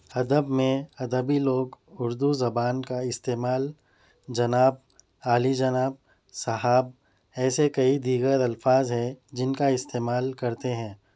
ادب میں ادبی لوگ اردو زبان کا استعمال جناب عالی جناب صاحب ایسے کئی دیگر الفاظ ہیں جن کا استعمال کرتے ہیں